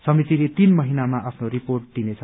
समितिले तीन महिनामा आफ्नो रिपोर्ट दिनेछ